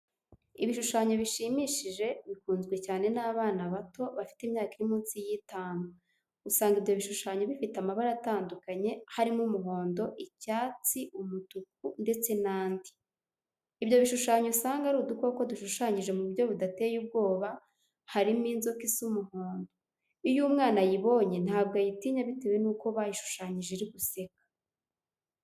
Ibishushanyo bishimishije bikunzwe cyane n'abana bato, bafite imyaka iri munsi y'itanu, usanga ibyo bishushanyo bifite amabara atandukanye harimo umuhondo, icyatsi, umutuku, ndetse n'andi. Ibyo bishushanyo usanga ari udukoko dushushanyije mu buryo budateye ubwoba, harimo inzoka isa umuhondo, iyo umwana ayibonye ntabwo ayitinya bitewe nuko bayishushanyije iri guseka.